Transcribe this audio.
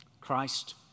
Christ